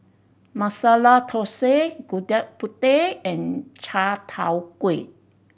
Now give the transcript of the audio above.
Masala Thosai Gudeg Putih and chai tow kway